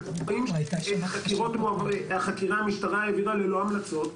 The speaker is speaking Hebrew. אנחנו רואים איך המשטרה העבירה את החקירה ללא המלצות,